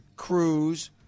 Cruz